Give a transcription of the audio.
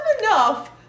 enough